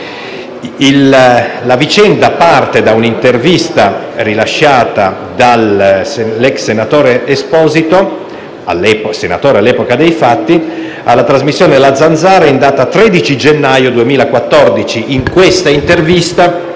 La vicenda parte da un'intervista rilasciata da Stefano Esposito, senatore all'epoca dei fatti, alla trasmissione «La Zanzara», in data 13 gennaio 2014. In questa intervista